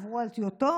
עברו על טיוטות,